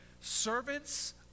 servants